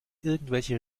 irgendwelche